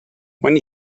when